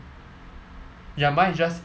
ya mine is just